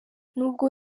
n’ubwo